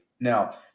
Now